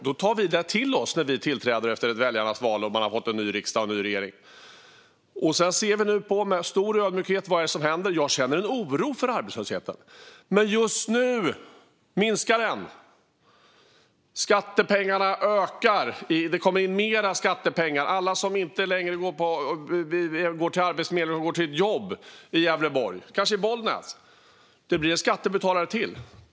Då tog vi till oss det när vi tillträdde efter valet och vi har en ny riksdag och en ny regering. Sedan ser vi nu med stor ödmjukhet på vad som händer. Jag känner en oro för arbetslösheten. Men just nu minskar den. Skattepengarna ökar - det kommer in mer skattepengar i och med alla som inte längre går till Arbetsförmedlingen utan går till ett jobb i Gävleborg, kanske i Bollnäs. Det blir fler skattebetalare.